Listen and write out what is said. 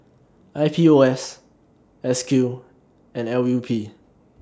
I P O S S Q and L U P